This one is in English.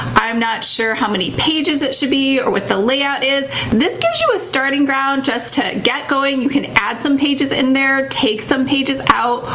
i'm not sure how many pages it should be or what the layout is. this gives you a starting ground just to get going. you can add some pages in there, take some pages out,